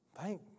Thank